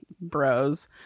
bros